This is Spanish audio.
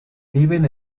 viven